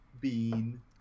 Bean